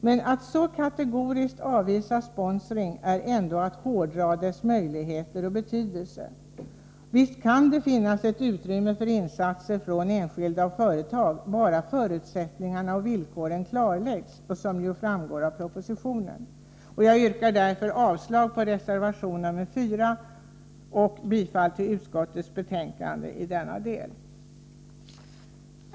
Men att så kategoriskt avvisa sponsring är ändå att hårdra dess möjligheter och betydelse. Visst kan det finnas ett utrymme för insatser från enskilda och företag, bara förutsättningarna och villkoren klarläggs, vilket ju framgår av propositionen. Jag yrkar därför bifall till utskottets betänkande i denna del, vilket innebär avslag på reservation nr 4.